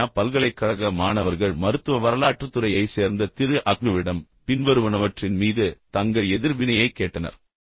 California பல்கலைக்கழக மாணவர்கள் மருத்துவ வரலாற்றுத்துறையைச் சேர்ந்த திரு அக்னுவிடம் பின்வருவனவற்றின் மீது தங்கள் எதிர்வினையைக் கேட்டனர்